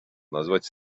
назвать